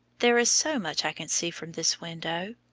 there is so much i can see from this window.